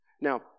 Now